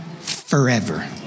forever